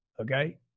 Okay